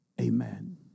amen